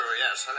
yes